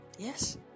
Yes